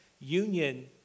union